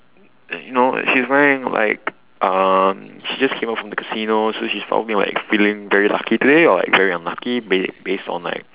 and you know like she's wearing like um she just came out from the casino so she's probably like feeling very lucky today or like very unlucky base~ based on like